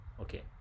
okay